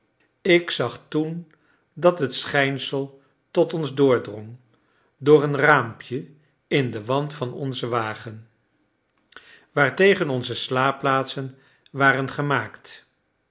ik zag toen dat het schijnsel tot ons doordrong door een raampje in den wand van onzen wagen waartegen onze slaapplaatsen waren gemaakt